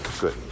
good